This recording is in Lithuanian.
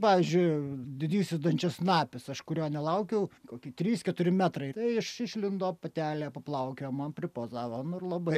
pavyzdžiui didysis dančiasnapis aš kurio nelaukiau koki trys keturi metrai tai iš išlindo patelė paplaukiojo man pripozlavo nu ir labai